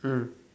mm